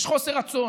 יש חוסר רצון.